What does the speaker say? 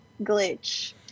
glitch